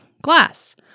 glass